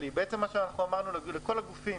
אמרנו לכל הגופים,